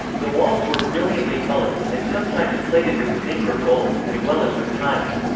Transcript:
the walls were brilliantly coloured, and sometimes plated with zinc or gold, as well as with tiles.